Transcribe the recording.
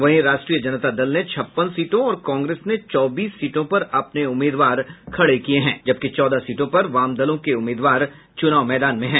वहीं राष्ट्रीय जनता दल ने छप्पन सीटों और कांग्रेस ने चौबीस सीटों पर अपने उम्मीदवार खड़े किए किये हैं जबकि चौदह सीटों पर वामदलों के उम्मीदवार चुनाव मैदान में हैं